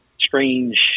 strange